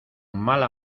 mala